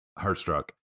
heartstruck